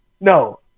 No